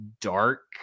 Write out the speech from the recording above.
dark